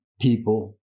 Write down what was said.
people